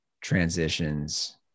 transitions